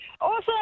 Awesome